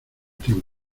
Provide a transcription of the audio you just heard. tiempo